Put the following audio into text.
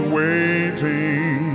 waiting